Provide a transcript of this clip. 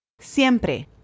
Siempre